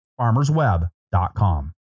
FarmersWeb.com